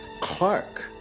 Clark